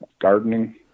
gardening